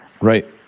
Right